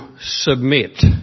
submit